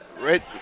right